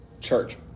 church